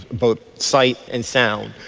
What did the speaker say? both sight and sound.